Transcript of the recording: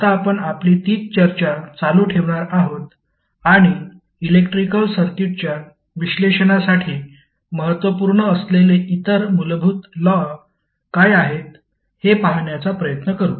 आता आपण आपली तीच चर्चा चालू ठेवणार आहोत आणि इलेक्ट्रिकल सर्किटच्या विश्लेषणासाठी महत्त्वपूर्ण असलेले इतर मूलभूत लॉ काय आहेत हे पाहण्याचा प्रयत्न करू